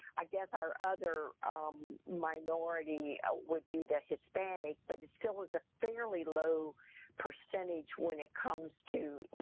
i guess our other minority would be the hispanics, but it still is a fairly low percentage when it comes to